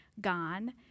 gone